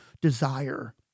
desire